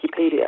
wikipedia